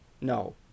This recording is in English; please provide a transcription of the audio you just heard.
No